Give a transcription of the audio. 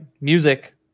music